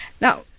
now